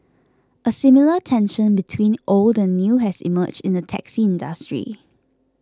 a similar tension between old and new has emerged in the taxi industry